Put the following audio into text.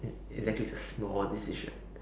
e~ exactly is a small decision